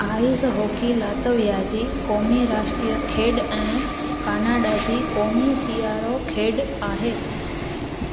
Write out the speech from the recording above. ice hockey Latvia जी क़ौमी राष्ट्रीय खेडु॒ ऐं कानडा जी क़ौमी सियारो खेडु॒ आहे